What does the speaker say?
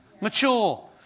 Mature